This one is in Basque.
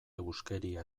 huskeria